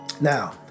now